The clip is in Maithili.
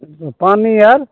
पानी आर